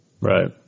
Right